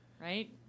Right